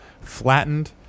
flattened